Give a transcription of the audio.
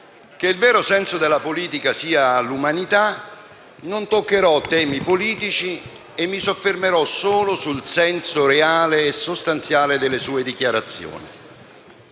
che il vero senso della politica sia l'umanità, non toccherò temi politici e mi soffermerò solo sul senso reale e sostanziale delle sue dichiarazioni.